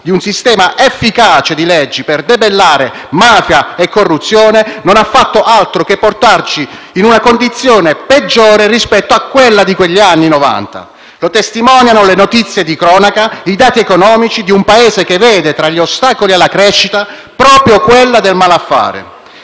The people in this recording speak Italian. di un sistema efficace di leggi per debellare mafia e corruzione, non ha fatto altro che portarci in una condizione peggiore rispetto a quella di quegli anni Novanta. Lo testimoniano le notizie di cronaca e i dati economici di un Paese che vede, tra gli ostacoli alla crescita, proprio quello il malaffare.